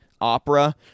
Opera